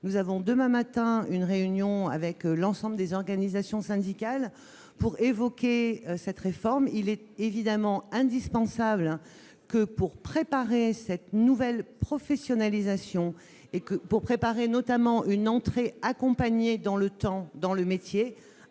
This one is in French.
Nous aurons demain matin une réunion avec l'ensemble des organisations syndicales pour évoquer cette réforme. Il est évidemment indispensable que, pour préparer cette nouvelle professionnalisation, et notamment une entrée accompagnée dans le métier,